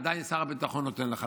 עדיין שר הביטחון נותן לך.